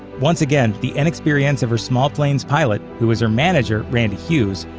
once again, the inexperience of her small plane's pilot, who was her manager, randy hughes,